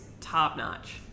top-notch